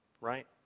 right